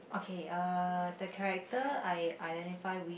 okay uh the character I identify with